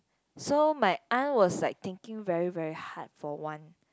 so my aunt was like thinking very very hard for one